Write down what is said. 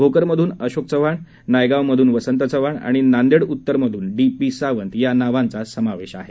भोकरमधून अशोक चव्हाण नायगांवमधून वसंत चव्हाण आणि नांदेड उत्तरमधून डी पी सावंत या नावांचा समावेश आहे